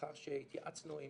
לאחר שהתייעצנו עם